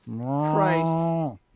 Christ